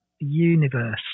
universe